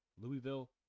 Louisville